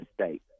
state